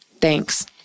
Thanks